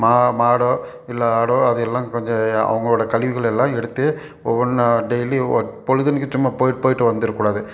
மா மாடோ இல்லை ஆடோ அதை எல்லாம் கொஞ்சம் அவர்களோட கழிவுகள் எல்லாம் எடுத்து ஒவ்வொன்றா டெய்லி பொழுதனைக்கும் சும்மா போய்விட்டு போய்விட்டு வந்துடக்கூடாது